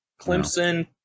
Clemson